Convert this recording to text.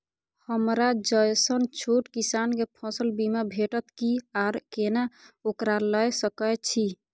हमरा जैसन छोट किसान के फसल बीमा भेटत कि आर केना ओकरा लैय सकैय छि?